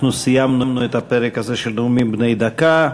אנחנו סיימנו את הפרק הזה של נאומים בני דקה.